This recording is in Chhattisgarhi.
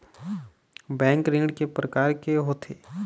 बैंक ऋण के प्रकार के होथे?